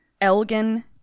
Elgin